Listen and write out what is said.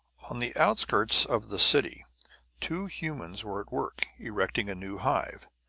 on the outskirts of the city two humans were at work, erecting a new hive.